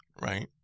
right